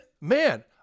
Man